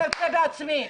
אני גם כן אצא בעצמי.